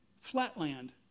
flatland